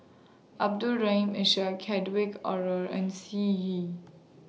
Abdul Rahim Ishak Hedwig Anuar and Sun Yee